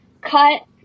Cut